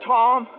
Tom